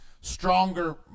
stronger